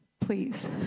please